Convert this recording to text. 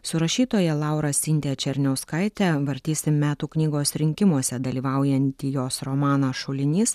su rašytoja laura sintija černiauskaite vartysim metų knygos rinkimuose dalyvaujantį jos romaną šulinys